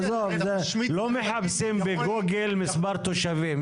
לא מחפשים בגוגל מספר תושבים.